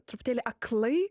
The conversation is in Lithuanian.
tūpteli aklai